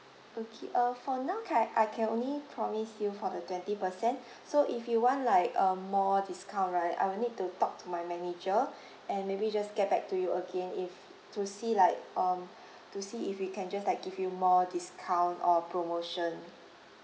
okay uh for now ca~ I I can only promise you for the twenty percent so if you want like uh more discount right I will need to talk to my manager and maybe just get back to you again if to see like um to see if we can just like give you more discount or promotion